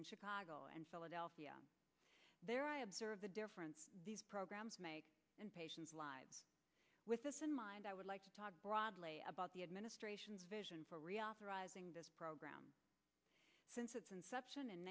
in chicago and philadelphia there i observe the difference these programs make and patients live with this in mind i would like to talk broadly about the administration's vision for reauthorizing this program since its inception in